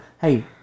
hey